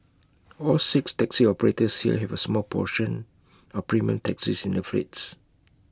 all six taxi operators here have A small proportion of premium taxis in their fleets